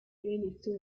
venezuela